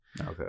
okay